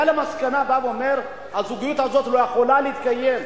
בא ואומר: הזוגיות הזאת לא יכולה להתקיים,